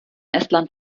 estland